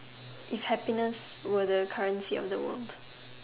if happiness were the currency of the world